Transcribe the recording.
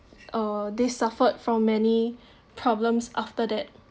uh they suffered from many problems after that